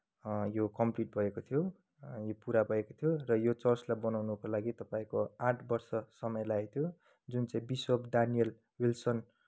यो कम्प्लिट भएको थियो यो पुरा भएको थियो र यो चर्चलाई बनाउनुको लागि तपाईँको आठ वर्ष समय लागेको थियो जुन चाहिँ बिसप दानिएल विल्सन